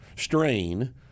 strain